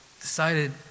decided